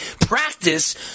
practice